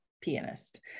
pianist